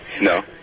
No